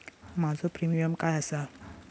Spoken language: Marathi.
माझो प्रीमियम काय आसा?